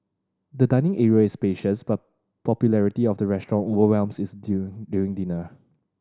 the dining area is spacious but popularity of the restaurant overwhelms is during dinner